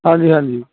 ਹਾਂਜੀ ਹਾਂਜੀ